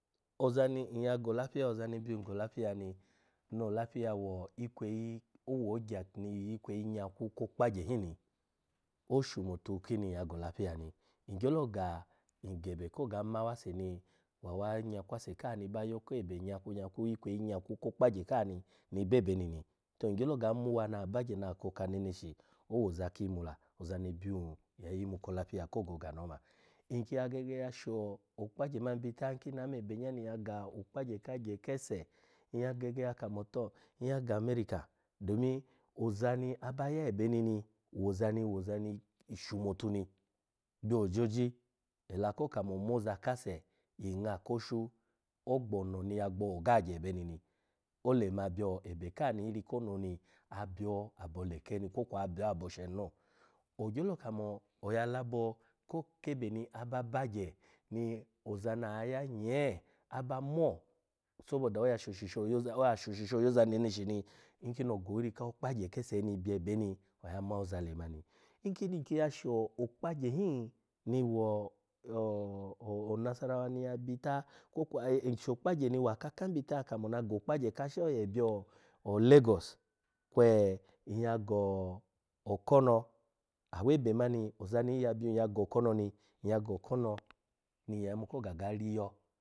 Ozani nyya go olafiya, ozani byun go olafiya ni, no olafiya wo ikweyi owo ogya ni yi ikweyi nyakwu ko okpagye lun ni oshumotu kini nyya go olafiya ni, ngyelo ga, ngebekoga mawase ni wa awa nyakwase ka ni ba yoko ebe nyakwu nyakwu ikweyi nyakwu ko okpagye ka ni be ebeni ni to ngyolo ga muwa na koka neneshi owoza ki imu la, ozani byun ya yimu ko olafiya ni oma. Nki ya gege ya sho okpagye mani bita nkini ame ebenya ni nyya ga okpagye ka agye kese, nyya geg kamo to nyya ga america domin ozani aba ebeni ni wozani wazani shumotu ni byo ojoji ela ko kamo moza kase yi nga ko oshu, ogbo oni ya gbo ogo age ebeni m, olema bye ebe ka ni iri kono ni abyo abo leke kwo kwa aboshe no ogyolo kamo oya labo kebe ni aba bagye ni ozani oya ya nyee aba mo sobo da oya shoshi sho yoza meneshi ni nkini ogo iri ko okpagye kese bye ebeni, oya ma awoza hemani. Nkini nki ya sho okpagye hin ni wo o-o onasarawa ni ya bita kwo kwa nyya sho okpagye ni wa akaka hin bita kamona go okpagye kasha oye byo o legos kwe nyya go okono awebe mani ozani ya byan ya go okono ni ayya ga okono ni nyya yimu koga riyo.